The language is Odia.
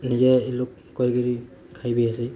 ନିଜେ ଲୋକ କରି କିରି ଖାଇବେ ହେସେ